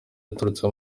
aturutse